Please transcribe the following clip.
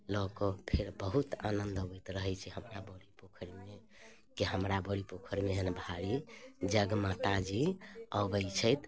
लऽ कऽ फेर बहुत आनन्द अबैत रहै छै हमरा बड़ी पोखरिमे कि हमरा बड़ी पोखरिमे एहन भारी जगमाताजी अबै छथि